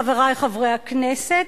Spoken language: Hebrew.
חברי חברי הכנסת,